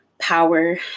power